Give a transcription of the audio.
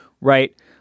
right